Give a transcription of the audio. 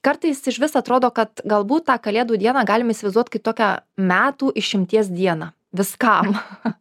kartais iš vis atrodo kad galbūt tą kalėdų dieną galim įsivaizduot kaip tokią metųišimties dieną viskam